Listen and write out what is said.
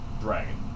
Dragon